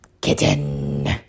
Kitten